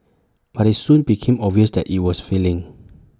but IT soon became obvious that IT was failing